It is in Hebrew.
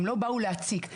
הן לא באו להציק.